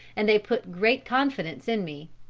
and they put great confidence in me.